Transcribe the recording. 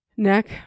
Neck